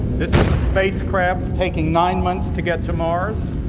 the spacecraft taking nine months to get to mars.